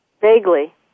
Vaguely